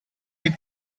die